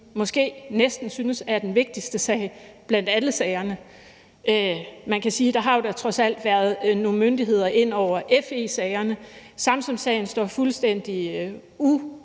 måske næsten synes er den vigtigste sag blandt alle sagerne. Man kan sige: Der har jo da trods alt været nogle myndigheder ind over FE-sagerne. Samsamsagen står fuldstændig ubekræftet